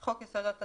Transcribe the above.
"חוק יסודות התקציב"